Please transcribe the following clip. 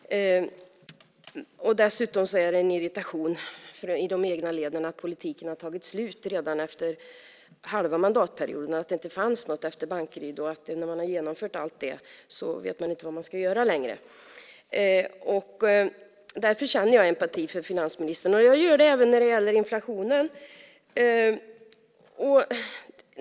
Dessutom finns det en irritation i de egna leden över att politiken har tagit slut redan efter halva mandatperioden. Det fanns inget efter Bankeryd, och när man har genomfört allt det vet man inte vad man ska göra längre. Därför känner jag empati för finansministern, och jag gör det även när det gäller inflationen.